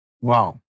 Wow